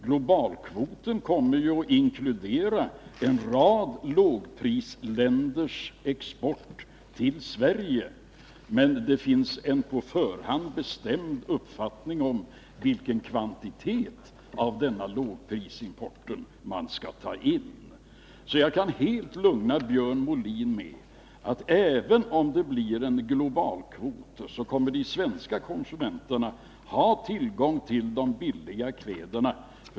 Globalkvoten kommer ju att inkludera en rad lågprisländers export till Sverige. Men det finns en på förhand bestämd uppfattning om vilken kvot av denna lågprisimport man skall ta in. Jag kan helt lugna Björn Molin med att även om det blir en globalkvot kommer de svenska konsumenterna att ha tillgång till de billiga kläderna.